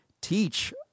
teach